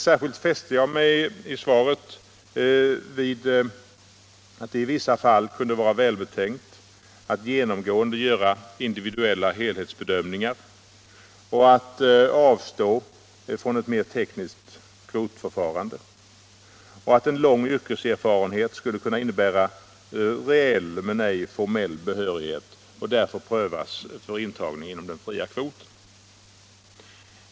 Särskilt fäste jag mig vid att det i vissa fall kunde vara välbetänkt att genomgående göra individuella helhetsbedömningar och avstå från ett mer tekniskt kvotförfarande och att lång yrkeserfarenhet skulle kunna innebära reell men ej formell behörighet och därför kunna prövas för intagning inom den fria kvoten.